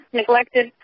neglected